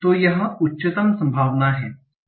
तो यह उच्चतम संभावना है